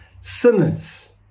sinners